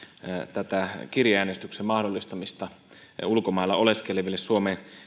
tätä kirjeäänestyksen mahdollistamista ulkomailla oleskeleville suomen